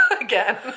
Again